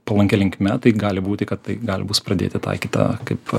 palankia linkme tai gali būti kad tai gal bus pradėta taikyta kaip